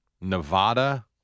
Nevada